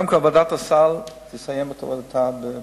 קודם כול, ועדת הסל תסיים את עבודתה בזמן,